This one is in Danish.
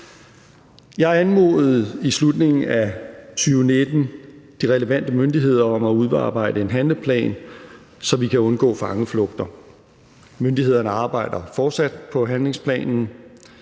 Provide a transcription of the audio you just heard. Jeg anmodede i slutningen af 2019 de relevante myndigheder om at udarbejde en handlingsplan, så vi kan undgå fangeflugter. Myndighederne arbejder fortsat på handlingsplanen.